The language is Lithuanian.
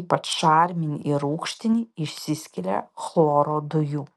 ypač šarminį ir rūgštinį išsiskiria chloro dujų